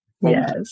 Yes